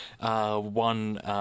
one